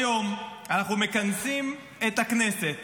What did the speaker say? היום אנחנו מכנסים את הכנסת